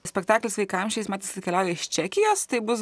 spektaklis vaikams šiais metais atkeliauja iš čekijos tai bus